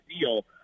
deal